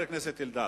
חבר הכנסת אלדד.